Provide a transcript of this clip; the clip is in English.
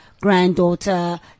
granddaughter